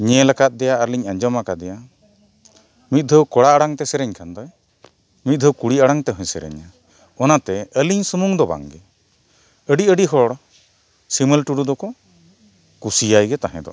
ᱧᱮᱞ ᱟᱠᱟᱫᱮᱭᱟ ᱟᱨᱞᱤᱧ ᱟᱸᱡᱚᱢ ᱟᱠᱟᱫᱮᱭᱟ ᱢᱤᱫ ᱫᱷᱟᱣ ᱠᱚᱲᱟ ᱟᱲᱟᱝ ᱛᱮ ᱥᱮᱨᱮᱧ ᱠᱷᱟᱱ ᱫᱚᱭ ᱢᱤᱫ ᱫᱷᱟᱣ ᱠᱩᱲᱤ ᱟᱲᱟᱝ ᱛᱮᱦᱚᱸᱭ ᱥᱮᱨᱮᱧᱟ ᱚᱱᱟᱛᱮ ᱟᱹᱞᱤᱧ ᱥᱩᱢᱩᱝ ᱫᱚ ᱵᱟᱝᱜᱮ ᱟᱹᱰᱤ ᱟᱹᱰᱤ ᱦᱚᱲ ᱥᱤᱢᱮᱞ ᱴᱩᱰᱩ ᱫᱚᱠᱚ ᱠᱩᱥᱤᱭᱟᱭ ᱜᱮ ᱛᱟᱦᱮᱸ ᱫᱚ